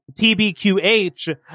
TBQH